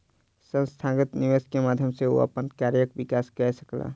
संस्थागत निवेश के माध्यम सॅ ओ अपन कार्यक विकास कय सकला